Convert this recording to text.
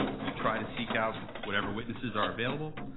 we try to seek out whatever witnesses are available.